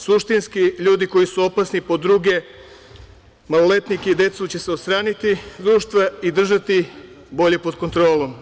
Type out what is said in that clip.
Suštinski, ljudi koji su opasni po druge, maloletnike i decu će se odstraniti iz društva i držati bolje pod kontrolom.